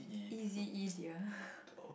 is it easier